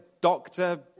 doctor